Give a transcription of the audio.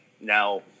Now